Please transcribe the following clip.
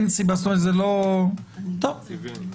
תקציבים.